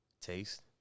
taste